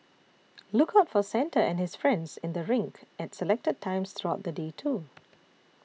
look out for Santa and his friends in the rink at selected times throughout the day too